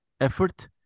effort